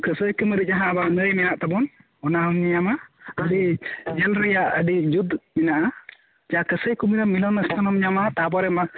ᱠᱟᱹᱥᱟᱹᱭ ᱠᱩᱢᱟᱹᱨᱤ ᱡᱟᱦᱟᱸ ᱵᱟᱝ ᱱᱟᱹᱭ ᱢᱮᱱᱟᱜ ᱛᱟᱵᱚᱱ ᱚᱱᱟᱢ ᱧᱟᱢᱟ ᱟᱹᱰᱤ ᱧᱮᱞ ᱨᱮᱭᱟᱜ ᱟᱹᱰᱤ ᱡᱩᱛ ᱢᱮᱱᱟᱜᱼᱟ ᱡᱟ ᱠᱟᱹᱥᱟᱹᱤ ᱠᱩᱢᱟᱹᱨᱤ ᱢᱤᱞᱚᱱ ᱥᱛᱟᱱ ᱮᱢ ᱧᱟᱢᱟ ᱛᱟᱨᱯᱚᱨᱮ